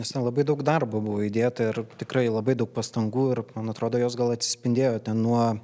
esą labai daug darbo buvo įdėta ir tikrai labai daug pastangų ir man atrodo jos gal atsispindėjo ten nuo